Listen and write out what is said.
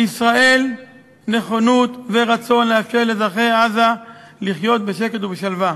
לישראל יש נכונות ורצון לאפשר לאזרחי עזה לחיות בשקט ובשלווה,